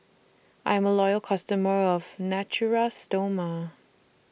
I'm A Loyal customer of Natura Stoma